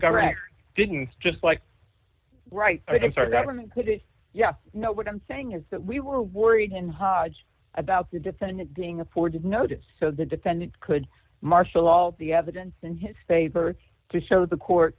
government didn't just like right it's our government put it yeah you know what i'm saying is that we were worried and hodge about the defendant being afforded notice so the defendant could marshal all the evidence in his favor to show the court